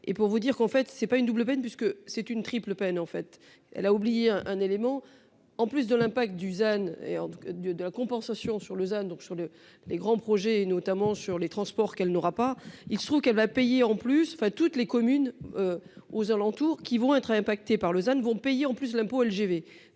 Et pour vous dire qu'en fait ce n'est pas une double peine puisque c'est une triple peine, en fait elle a oublié un élément en plus de l'impact Dusan et en tout cas de de la compensation sur Lausanne donc sur le, les grands projets et notamment sur les transports qu'elle n'aura pas, il se trouve qu'elle va payer en plus enfin toutes les communes. Aux alentours qui vont être impactés par Lausanne vont payer en plus l'impôt LGV